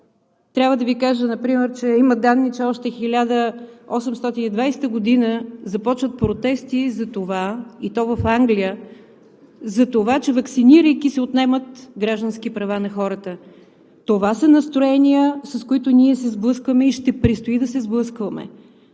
Трябва да Ви кажа например, че има данни, че още 1820 г. започват протести, и то в Англия, затова че, ваксинирайки се, отнемат граждански права на хората. Това са настроения, с които ние се сблъскваме и ще предстои да се сблъскваме.